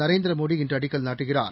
நரேந்திர மோடி இன்று அடிக்கல் நாட்டுகிறார்